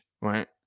right